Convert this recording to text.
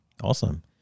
Awesome